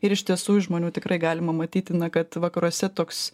ir iš tiesų iš žmonių tikrai galima matyti na kad vakaruose toks